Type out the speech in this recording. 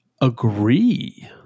Agree